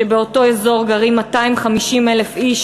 שבאותו אזור גרים 250,000 איש,